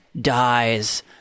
dies